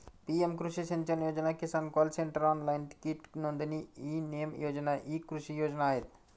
PM कृषी सिंचन योजना, किसान कॉल सेंटर, ऑनलाइन कीट नोंदणी, ई नेम योजना इ कृषी योजना आहेत